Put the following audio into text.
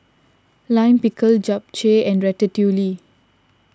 Lime Pickle Japchae and Ratatouille